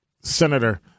Senator